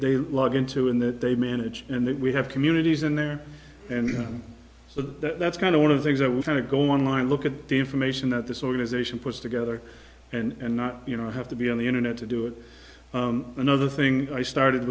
they log into and that they manage and that we have communities in there and so that's kind of one of the things that we kind of go online look at the information that this organization puts together and not you know have to be on the internet to do it another thing i started